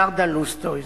ורדה לוסטהויז,